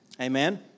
Amen